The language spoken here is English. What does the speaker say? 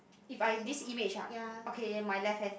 if I this image ah okay my left hand